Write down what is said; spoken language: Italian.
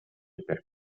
per